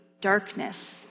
darkness